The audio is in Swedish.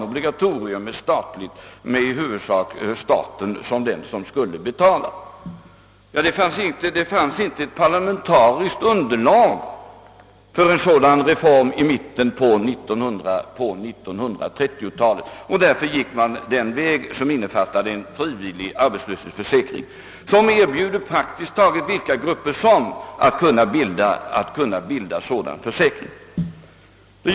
obligatorisk och i huvudsak betalas. av staten. Då fanns inte ett parlamentariskt underlag för en sådan reform, och därför gick man den väg som innefattade en frivillig arbetslöshetsförsäkring, vilken erbjuder praktiskt taget. vilka grupper som helst att bilda: en försäkringsgemenskap.